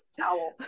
towel